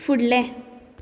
फुडलें